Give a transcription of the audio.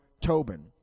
Tobin